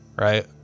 Right